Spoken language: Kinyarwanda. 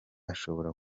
ashobora